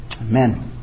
Amen